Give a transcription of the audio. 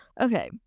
Okay